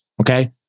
Okay